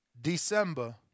December